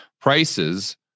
prices